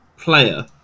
player